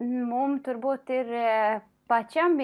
mum turbūt ir pačiam